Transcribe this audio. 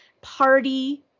party